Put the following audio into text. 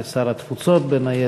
כשר התפוצות בין היתר,